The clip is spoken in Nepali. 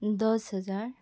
दस हजार